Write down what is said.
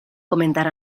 comentar